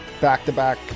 back-to-back